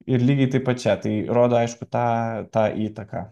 ir lygiai taip pat čia tai rodo aišku tą tą įtaką